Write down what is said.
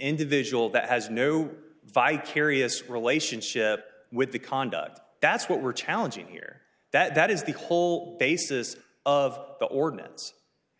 individual that has no vicarious relationship with the conduct that's what we're challenging here that is the whole basis of the ordinance